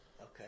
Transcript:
Okay